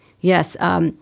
yes